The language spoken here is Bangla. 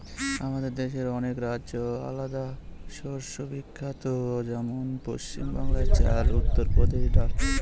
আমাদের দেশের অনেক রাজ্যে আলাদা শস্য বিখ্যাত যেমন পশ্চিম বাংলায় চাল, উত্তর প্রদেশে ডাল